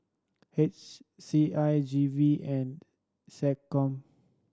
H C I G V and SecCom